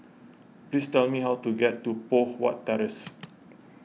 please tell me how to get to Poh Huat Terrace